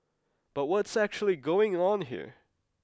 but what's actually going on here